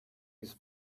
his